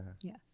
yes